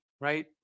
right